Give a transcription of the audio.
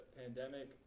pandemic